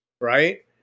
right